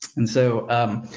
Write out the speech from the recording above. and so, um,